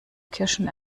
kirschen